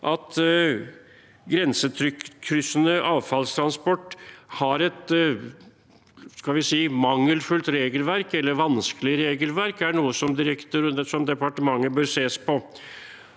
at grensekryssende avfallstransport har et mangelfullt eller vanskelig regelverk, er noe departementet bør se på.